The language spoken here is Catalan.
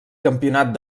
campionat